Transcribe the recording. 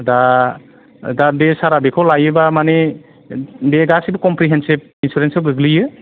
दा दा बे सारा बेखौ लायोबा मानि बे गासिबो कमप्रिहेनसिभ इन्सुरेन्सयाव गोग्लैयो